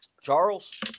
Charles